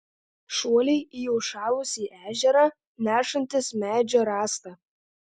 šuoliai į užšalusį ežerą nešantis medžio rąstą